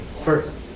first